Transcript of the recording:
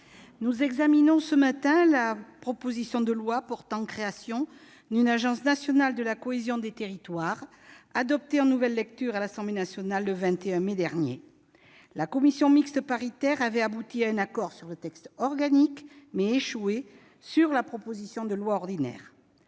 nous examinons ce matin la proposition de loi portant création d'une Agence nationale de la cohésion des territoires telle qu'adoptée en nouvelle lecture à l'Assemblée nationale le 21 mai dernier. La commission mixte paritaire avait abouti à un accord sur le texte organique, mais échoué sur la proposition de loi ordinaire.